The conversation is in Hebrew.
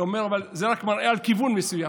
אבל זה רק מראה כיוון מסוים: